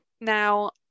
Now